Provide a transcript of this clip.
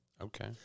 Okay